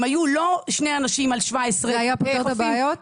אם היו לא שני אנשים על 17 חוסים --- זה היה פותר את הבעיות?